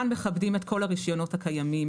אנחנו מכבדים את כל הרישיונות הקיימים.